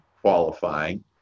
qualifying